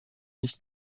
nicht